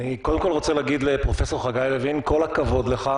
אני רוצה להגיד לפרופסור חגי לוין: כל הכבוד לך.